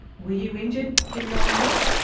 were you injured in that assault?